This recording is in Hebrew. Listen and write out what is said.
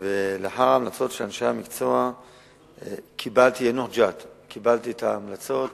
קיבלתי את ההמלצות